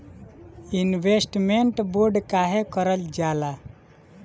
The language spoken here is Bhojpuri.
इन्वेस्टमेंट बोंड काहे कारल जाला?